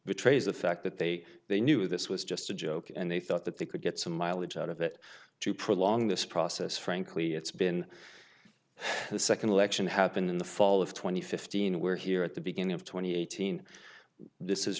betrays the fact that they they knew this was just a joke and they thought that they could get some mileage out of it to prolong this process frankly it's been second election happened in the fall of two thousand and fifteen we're here at the beginning of twenty eighteen this is